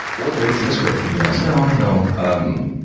or maybe it's a misquote. and you can also no, no. um